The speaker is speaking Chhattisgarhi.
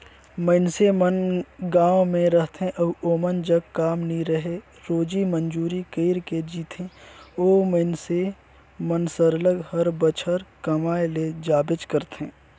मइनसे मन गाँव में रहथें अउ ओमन जग काम नी रहें रोजी मंजूरी कइर के जीथें ओ मइनसे मन सरलग हर बछर कमाए ले जाबेच करथे